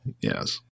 yes